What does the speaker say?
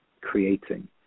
creating